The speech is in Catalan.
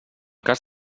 cas